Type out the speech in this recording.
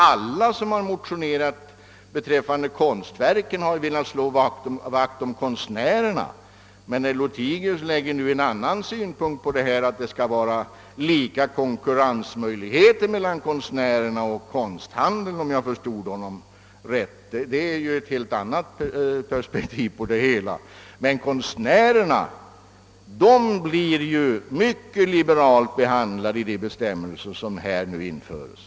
De som motionerat om skattebefrielse för konstverken har velat slå vakt om konstnärernas intressen, men nu anlade herr Lothigius en annan synpunkt, nämligen att det skall föreligga lika konkurrensmöjligheter för konstnärerna och konsthandeln. Detta är ett helt nytt perspektiv på frågan. Konstnärerna blir mycket liberalt behandlade i de bestämmelser som nu skall införas.